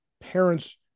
parents